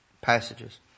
passages